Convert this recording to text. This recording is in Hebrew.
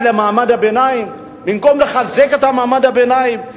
ממעמד הביניים במקום לחזק את מעמד הביניים?